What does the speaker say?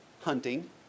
hunting